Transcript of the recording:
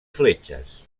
fletxes